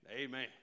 Amen